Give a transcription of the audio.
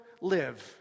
live